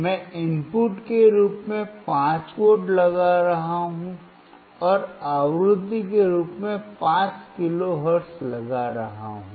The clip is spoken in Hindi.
मैं इनपुट के रूप में 5V लगा रहा हूं और आवृत्ति के रूप में 5 किलो हर्ट्ज लगा रहा हूं